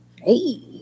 Hey